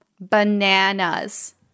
Bananas